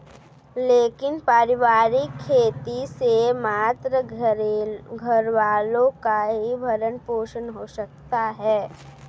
लेकिन पारिवारिक खेती से मात्र घरवालों का ही भरण पोषण हो सकता है